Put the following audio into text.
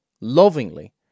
lovingly